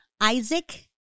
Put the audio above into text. Isaac